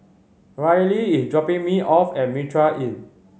Rylie is dropping me off at Mitraa Inn